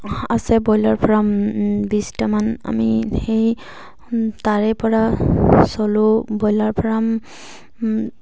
আছে broiler farm বিছটামান আমি সেই তাৰে পৰা চলোঁ বইলাৰ ফাৰ্ম